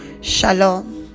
Shalom